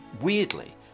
weirdly